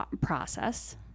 process